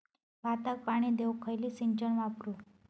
भाताक पाणी देऊक खयली सिंचन वापरू?